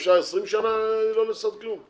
אפשר 20 שנה לא לעשות כלום?